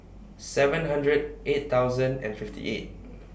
seven hundred eight thousand and fifty eight